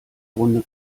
runde